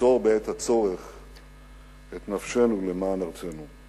למסור בעת הצורך את נפשנו למען ארצנו.